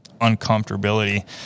uncomfortability